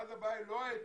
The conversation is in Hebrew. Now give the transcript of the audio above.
ואז הבעיה היא לא ההיצף,